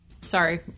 Sorry